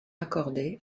accordée